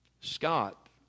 Scott